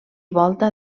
volta